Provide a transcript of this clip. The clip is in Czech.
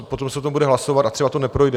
Potom se to bude hlasovat a třeba to neprojde.